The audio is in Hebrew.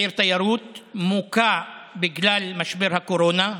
כבעיר תיירות מוכה בגלל משבר הקורונה.